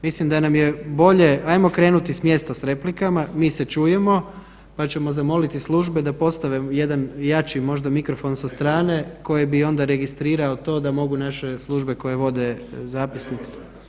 Mislim da nam je bolje, ajmo krenuti s mjesta s replikama, mi se čujemo, pa ćemo zamoliti službe da postave jedan jači možda mikrofon sa strane koji bi onda registrirao to da mogu naše službe koje vode zapisnik.